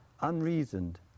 unreasoned